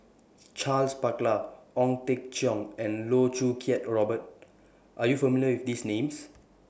Charles Paglar Ong Teng Cheong and Loh Choo Kiat Robert Are YOU familiar with These Names